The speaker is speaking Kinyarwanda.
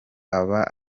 aba